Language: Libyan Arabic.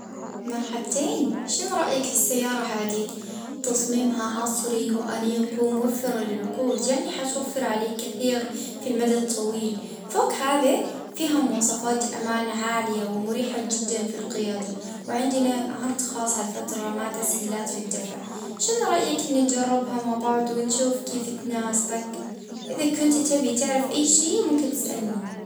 آ أهلين بك شوف السيارة هذي هي أحسن سيارة عندنا وف-في السوج، إقتصادية في البنزين ومريحة عندها علبة مميزات امان حديثة، حتى سعرها كويس ومش حتلقى خير منها، دير معانا دورة وشوفي الفرق بنفسك